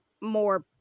more